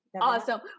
awesome